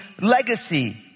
legacy